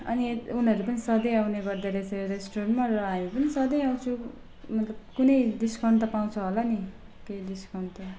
अनि उनीहरू पनि सधैँ आउने गर्दो रहेछ यो रेस्टुरेन्टमा र हामी पनि सधैँ आउँछौँ मतलब कुनै डिस्काउन्ट त पाउँछ होला नि केही डिस्काउन्ट त